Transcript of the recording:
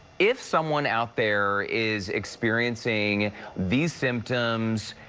if someone out there is experiencing these symptoms,